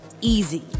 easy